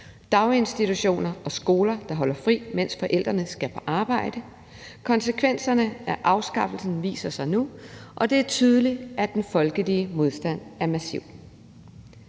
daginstitutioner og skoler, der holder fri, mens forældrene skal på arbejde. Konsekvenserne af afskaffelsen viser sig nu, og det er tydeligt, at den folkelige modstand er massiv.